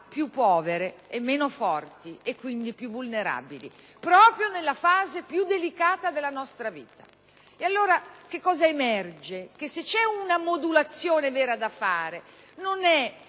più povere e meno forti, e quindi più vulnerabili, proprio nella fase più delicata della nostra vita. Allora cosa emerge? Che se c'è una modulazione vera da fare non è